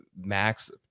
max